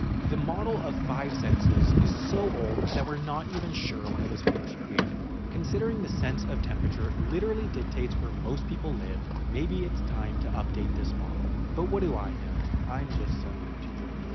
the model of five senses is so old that we're not even sure when it was first created. considering the sense of temperature literally dictates where most people live, maybe it's time to update this model, but what do i know. i'm just some youtuber.